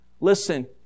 Listen